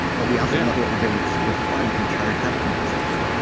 but we also love what we're doing. super fun and charged up conversation,